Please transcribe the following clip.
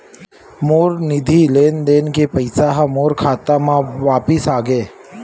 मोर निधि लेन देन के पैसा हा मोर खाता मा वापिस आ गे